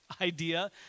idea